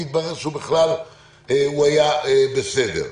והתברר שבכלל הוא היה בסדר.